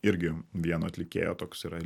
irgi vieno atlikėjo toks yra